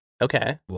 Okay